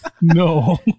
No